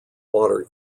water